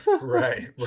Right